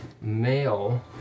male